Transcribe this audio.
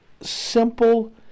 simple